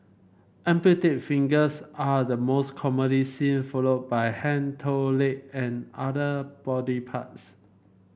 amputated fingers are the most commonly seen followed by hand toe leg and other body parts